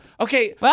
Okay